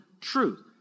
truth